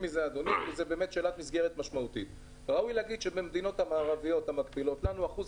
להגיד שבמדינות OECD המקבילות לנו אחוז